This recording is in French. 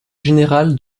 général